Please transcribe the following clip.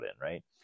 right